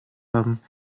haben